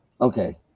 Okay